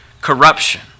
corruption